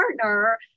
partner